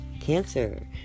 Cancer